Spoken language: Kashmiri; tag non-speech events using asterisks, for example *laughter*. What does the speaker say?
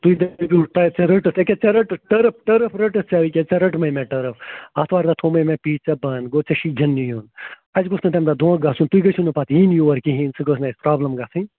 تُہۍ دٔپِو *unintelligible* رٔٹٕتھ ییٚکیٛاہ ژےٚ رٔٹٕتھ ٹٔرٕف ٹٔرٕف رٔٹٕتھ ژےٚ ییٚکیٛاہ ژےٚ رٔٹمَے مےٚ ٹٔرٕف آتوارِ دۄہ تھوٚمَے مےٚ پِچ ژےٚ بنٛد گوٚو ژےٚ چھُے گِنٛدنہِ یُن اَسہِ گوٚژھ نہٕ تَمہِ دۄہ دھونٛکہٕ گژھُن تُہۍ گٔژھِو نہٕ پَتہٕ یِنۍ یور کِہیٖنۍ سُہ گٔژھ نہٕ اَسہِ پرٛابلَم گژھٕنۍ